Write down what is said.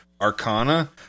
arcana